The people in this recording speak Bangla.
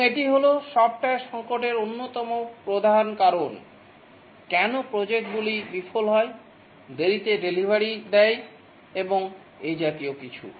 এবং এটি হল সফ্টওয়্যার সঙ্কটের অন্যতম প্রধান কারণ কেন প্রজেক্টগুলি বিফল হয় দেরীতে ডেলিভারি দেয় এবং এ জাতীয় কিছু